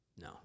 no